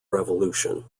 revolution